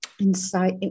insight